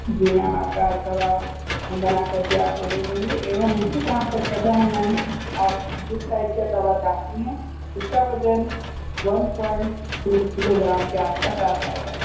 जी ma'am आप का तवा हम बना कर के आप को दे देंगे एवं मुझे जहाँ तक पता है मैम आप जिस साइज का तवा चाहती हैं उसका वज़न वन पॉइंट टू किलोग्राम के आस पास आ पाएगा